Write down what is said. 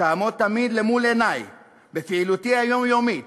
תעמוד תמיד למול עיני בפעילותי היומיומית